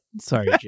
sorry